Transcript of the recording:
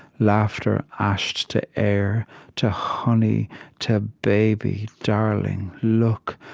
laughter ashed to air to honey to baby darling, look.